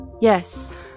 Yes